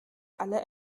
alle